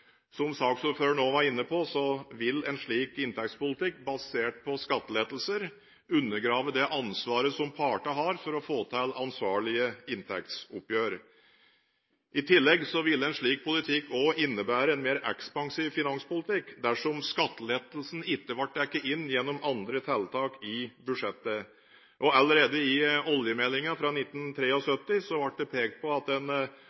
Som saksordføreren òg var inne på, vil en slik inntektspolitikk basert på skattelettelser undergrave det ansvaret som partene har for å få til ansvarlige inntektsoppgjør. I tillegg ville en slik politikk òg innebære en mer ekspansiv finanspolitikk, dersom skattelettelsen ikke ble dekket inn gjennom andre tiltak i budsjettet. Allerede i oljemeldingen fra 1973 ble det pekt på at en